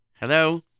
Hello